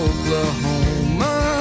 Oklahoma